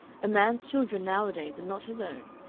a man's children nowadays are not his own.